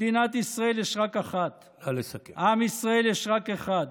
מדינת ישראל יש רק אחת, עם ישראל יש רק אחד,